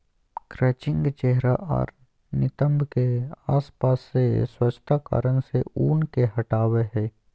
crutching चेहरा आर नितंब के आसपास से स्वच्छता कारण से ऊन के हटावय हइ